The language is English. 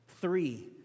Three